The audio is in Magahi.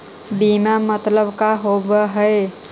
बीमा मतलब का होव हइ?